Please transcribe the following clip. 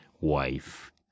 wife